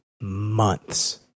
months